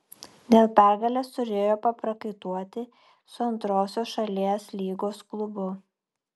dėl pergalės turėjo paprakaituoti su antrosios šalies lygos klubu